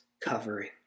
covering